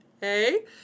Hey